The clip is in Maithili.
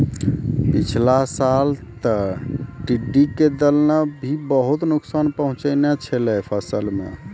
पिछला साल तॅ टिड्ढी के दल नॅ भी बहुत नुकसान पहुँचैने छेलै फसल मॅ